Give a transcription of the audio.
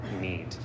need